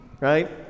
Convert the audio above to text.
right